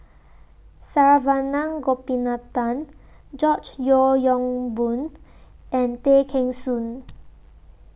Saravanan Gopinathan George Yeo Yong Boon and Tay Kheng Soon